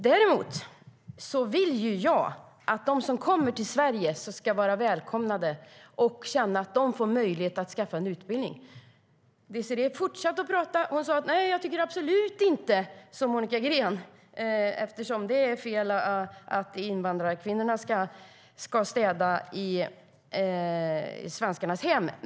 Däremot vill jag att de som kommer till Sverige ska känna sig välkomna och få möjlighet att skaffa sig en utbildning. Désirée Pethrus fortsatte med att säga att hon absolut inte tycker som Monica Green, att det är fel att invandrarkvinnorna ska städa i svenskarnas hem.